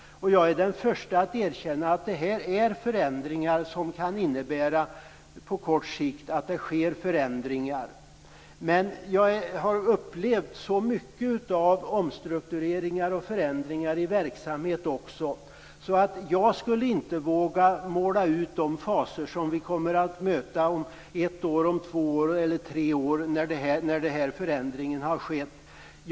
Jag är den förste att erkänna att det här på kort sikt kan innebära att det sker förändringar. Men jag har upplevt så mycket av omstruktureringar och förändringar i verksamheter att jag inte skulle våga måla ut vilka fasor vi kommer att möta om ett, två eller tre år när den här förändringen har skett.